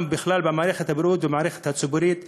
במערכת הבריאות ובכלל ובמערכת הציבורית,